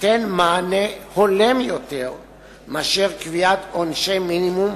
שתיתן מענה הולם יותר מאשר קביעת עונשי מינימום,